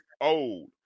old